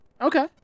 Okay